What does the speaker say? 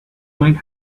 might